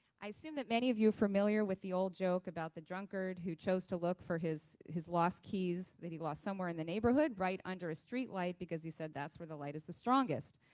i assume that many of you are familiar with the old joke about the drunkard who chose to look for his his lost keys that he lost somewhere in the neighborhood right under a streetlight because he said that's where the light is the strongest.